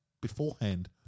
beforehand